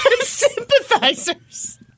Sympathizers